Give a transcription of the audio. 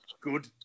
Good